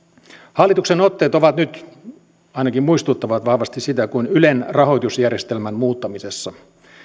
hallituksen otteet ainakin muistuttavat vahvasti sitä kuin ylen rahoitusjärjestelmän muuttamisessa